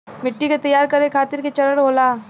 मिट्टी के तैयार करें खातिर के चरण होला?